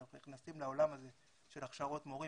אנחנו נכנסים לעולם הזה של הכשרות מורים